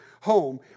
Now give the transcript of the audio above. home